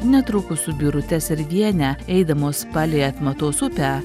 netrukus su birute serviene eidamos palei atmatos upę